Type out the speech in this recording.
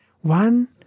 One